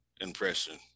impression